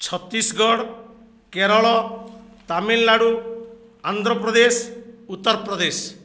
Chhattisgarh Kerala Tamil Nadu Andhra Pradesh Uttar Pradesh